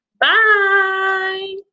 Bye